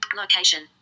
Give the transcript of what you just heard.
Location